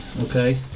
okay